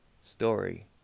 story